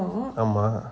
ஆமா:ama